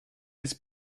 his